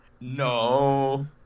No